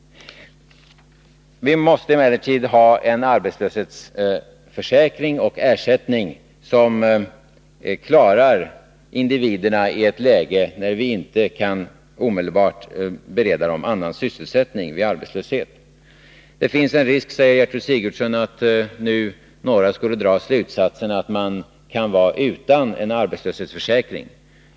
Vi måste emellertid ha en arbetslöshetsförsäkring och en ersättning som klarar individerna i ett arbetslöshetsläge då de inte omedelbart kan beredas annan sysselsättning. Det finns en risk, säger Gertrud Sigurdsen, att några skulle kunna dra slutsatsen att de kan vara utan arbetslöshetsförsäkring.